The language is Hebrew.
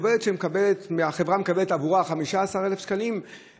עובדת שהחברה מקבלת בעבורה 15,000 שקלים,